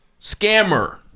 scammer